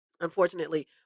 unfortunately